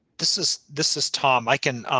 this is this is tom. i can